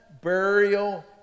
burial